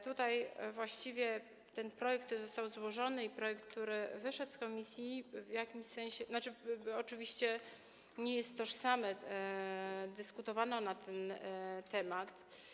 Tutaj właściwie ten projekt, który został złożony, i projekt, który wyszedł z komisji w jakimś sensie, znaczy, oczywiście nie jest tożsamy, dyskutowano na ten temat.